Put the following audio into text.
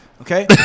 Okay